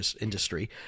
industry